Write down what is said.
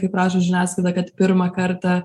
kaip rašo žiniasklaida kad pirmą kartą